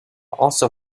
also